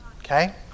Okay